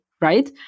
right